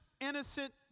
innocent